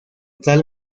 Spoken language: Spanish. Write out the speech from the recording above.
tal